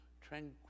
tranquil